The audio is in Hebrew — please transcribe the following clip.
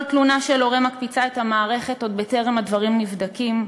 כל תלונה של הורה מקפיצה את המערכת עוד טרם הדברים נבדקים,